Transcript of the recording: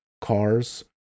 cars